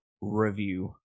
review